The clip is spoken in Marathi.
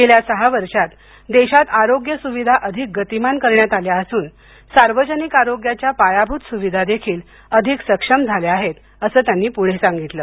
गेल्या सहा वर्षात देशात आरोग्य सुविधा अधिक गतिमान करण्यात आल्या असून सार्वजनिक आरोग्याच्या पायाभूत सुविधादेखील अधिक सक्षम झाल्या आहेत असं त्यांनी पुढे सांगितलं